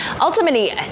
ultimately